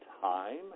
time